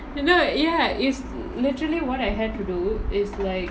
என்னா:ennaa ya is literally what I had to do is like